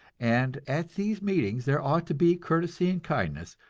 and at these meetings there ought to be courtesy and kindness,